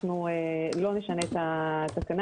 אנחנו לא נשנה את התקנה.